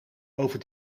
over